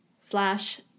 slash